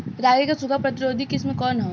रागी क सूखा प्रतिरोधी किस्म कौन ह?